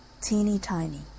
Teeny-tiny